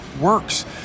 works